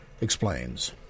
explains